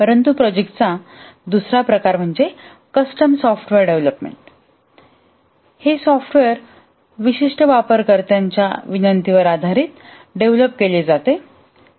परंतु प्रोजेक्टचा दुसरा प्रकार म्हणजे कस्टम सॉफ्टवेअर डेव्हलपमेंट हे सॉफ्टवेअर विशिष्ट वापरकर्त्याच्या विनंतीवर आधारित डेव्हलप केले आहे